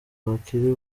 bakiri